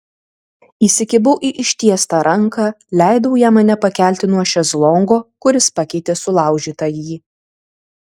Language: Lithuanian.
įsikibau į ištiestą ranką leidau jam mane pakelti nuo šezlongo kuris pakeitė sulaužytąjį